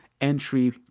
entry